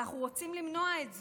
ואנחנו רוצים למנוע את זה.